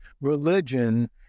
religion